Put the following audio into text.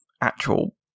actual